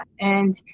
And-